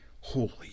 holy